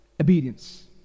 obedience